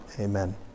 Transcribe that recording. amen